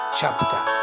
chapter